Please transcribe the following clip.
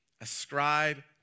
Ascribe